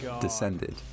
descended